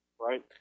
Right